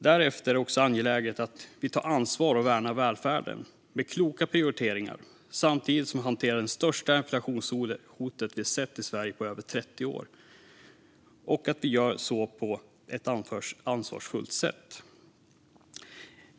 Därför är det angeläget att vi tar ansvar för och värnar välfärden genom att göra kloka prioriteringar samtidigt som vi på ett ansvarsfullt sätt hanterar det största inflationshotet i Sverige på över 30 år.